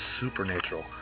supernatural